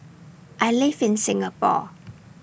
I live in Singapore